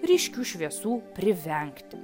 ryškių šviesų privengti